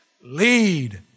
lead